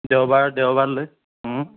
দেওবাৰ দেওবাৰ লৈ